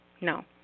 No